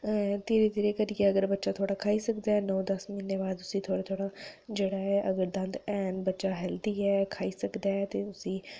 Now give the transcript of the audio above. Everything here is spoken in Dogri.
धीरे धीरे करियै अगर बच्चा थोह्ड़ा् खाई सकदा ऐ नौ दस म्हीने बाद उसी थोह्ड़ा थोह्ड़ा जेह्ड़ा ऐ अगर दंद हैन बच्चा हैल्दी ऐ खाई सकदा ऐ ते उसी